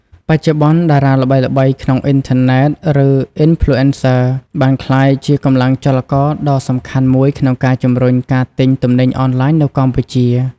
បច្ចុប្បន្ន តារាល្បីៗក្នុងអ៊ីនធឺណិត ឬអុីនផ្លូអេនសឹ បានក្លាយជាកម្លាំងចលករដ៏សំខាន់មួយក្នុងការជំរុញការទិញទំនិញអនឡាញនៅកម្ពុជា។